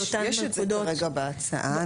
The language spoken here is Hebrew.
יש את זה כרגע בהצעה.